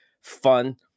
fun